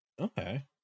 Okay